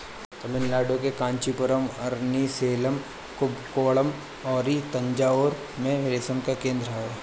तमिलनाडु के कांचीपुरम, अरनी, सेलम, कुबकोणम अउरी तंजाउर में रेशम केंद्र हवे